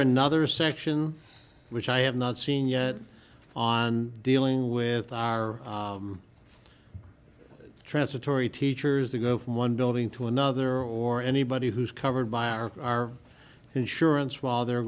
another section which i have not seen yet on dealing with our transitory teachers they go from one building to another or anybody who's covered by our insurance while they're